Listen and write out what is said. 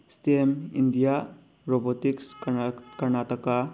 system India robotics Karnataka